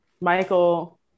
michael